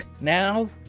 now